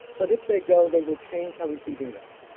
but if they go, they will change how we see venus.